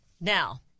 Now